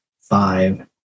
five